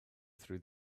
through